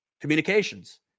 communications